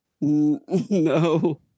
No